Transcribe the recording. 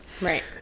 Right